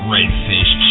Redfish